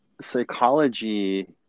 psychology